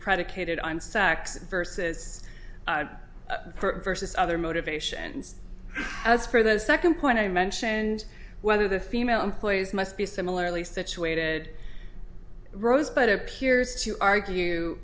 predicated on sax versus versus other motivation and as for the second point i mentioned whether the female employees must be similarly situated rose but appears to argue